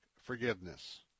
forgiveness